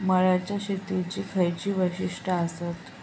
मळ्याच्या शेतीची खयची वैशिष्ठ आसत?